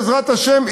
בעזרת השם,